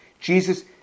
Jesus